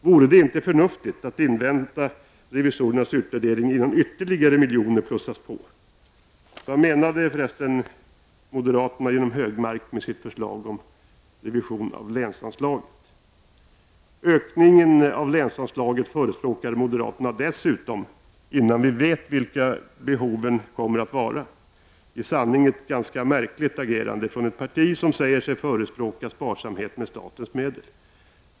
Vore det inte förnuftigt att invänta revisorernas utvärdering innan ytterligare miljoner plussas på? Vad menade för resten moderaterna, genom Högmark, med sitt förslag om revison av länsanslaget? Ökning av länsanslaget förespråkar moderaterna dessutom, innan vi vet vilka behoven kommer att vara. I sanning ett märkligt agerande från ett parti som säger sig förespråka sparsamhet med statens medel!